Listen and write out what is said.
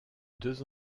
deux